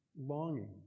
longing